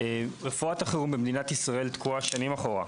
רפואת החירום במדינת ישראל תקועה שנים אחורה.